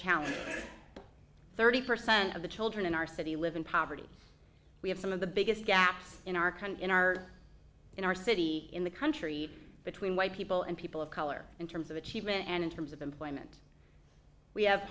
challenge thirty percent of the children in our city live in poverty we have some of the biggest gaps in our country in our in our city in the country between white people and people of color in terms of achievement and in terms of employment we have